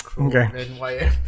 okay